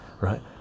right